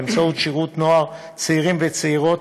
באמצעות השירות לנוער, צעירים וצעירות,